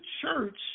church